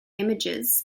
images